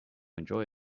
enjoy